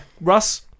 russ